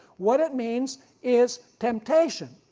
what it means is temptation.